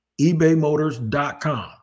ebaymotors.com